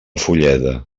fulleda